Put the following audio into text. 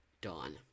dawn